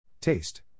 Taste